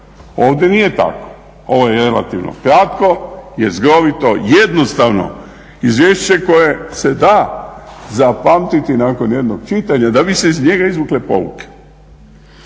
Ovdje nije tako, ovo je relativno kratko, jezgrovito, jednostavno izvješće koje se da zapamtiti nakon jednog čitanja, da bi se iz njega izvukle pouke.